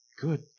good